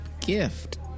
gift